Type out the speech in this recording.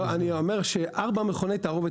מה שאני אומר זה שארבעה או חמישה מכוני תערובת